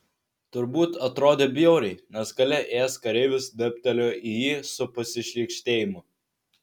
turbūt atrodė bjauriai nes gale ėjęs kareivis dėbtelėjo į jį su pasišlykštėjimu